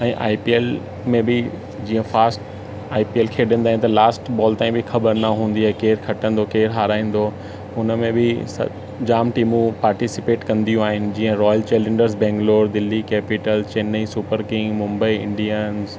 ऐं I P L में बि जीअं फास्ट आई पी एल खेॾंदा आहिनि त लास्ट बॉल ताईं बि ख़बर न हूंदी आहे कि केरु खटंदो केरु हाराईंदो हुनमें बि स जाम टीमूं पार्टीसिपेट कंदीयूं आहिनि जीअं Royal Challengers Bangalore Delhi Capital Chennai Super King Mumbai Indians